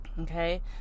Okay